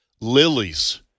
Lilies